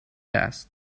است